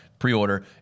pre-order